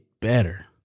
better